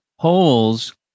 Holes